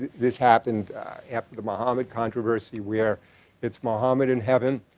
this happened after the muhammad controversy where it's muhammad in heaven,